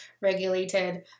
regulated